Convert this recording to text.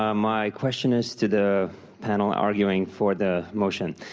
um my question is to the panel arguing for the motion.